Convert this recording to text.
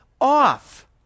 off